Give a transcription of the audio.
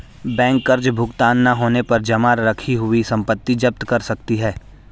bank कर्ज भुगतान न होने पर जमा रखी हुई संपत्ति जप्त कर सकती है